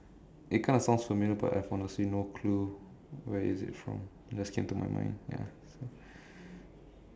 it kind of sounds familiar but I have honestly no clue where is it from just came to my mind ya